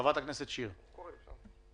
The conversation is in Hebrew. חברת הכנסת שיר, בבקשה.